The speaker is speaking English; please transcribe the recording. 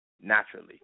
naturally